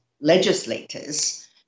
legislators